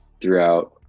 throughout